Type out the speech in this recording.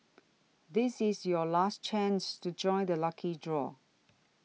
this is your last chance to join the lucky draw